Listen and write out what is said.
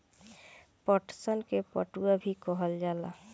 पटसन के पटुआ भी कहल जाला